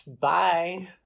bye